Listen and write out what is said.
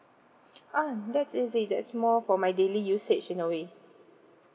um that's easy that's more for my daily usage in a way